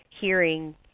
hearing